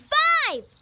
five